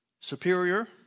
superior